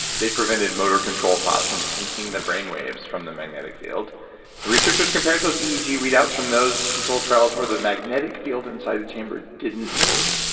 they prevented motor control thoughts from tainting the brain wives from the magnetic field researchers compared those eeg readouts from those control trials where the magnetic field inside the chamber didn't move,